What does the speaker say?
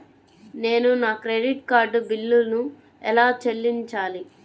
నేను నా credit card బిల్లును ఎలా చెల్లించాలీ?